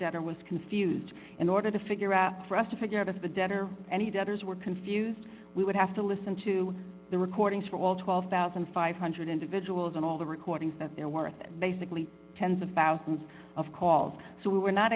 debtor was confused in order to figure out for us to figure out if the debtor or any debtors were confused we would have to listen to the recordings from all twelve thousand five hundred dollars individuals and all the recordings that are worth basically tens of thousands of calls so we were not